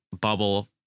bubble